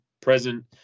present